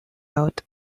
out